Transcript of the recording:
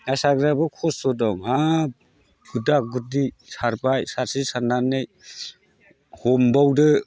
ना सारग्रायाबो खस्थ' दं हाब गुद्दा गुद्दि सारबाय सारसे सारनानै हमबावदो